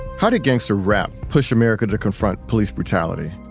how did gangsta rap push america to confront police brutality?